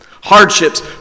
hardships